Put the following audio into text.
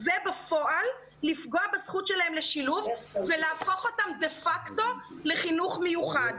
זה בפועל לפגוע בזכות שלהם לשילוב ולהפוך אותם דה פקטו לחינוך מיוחד.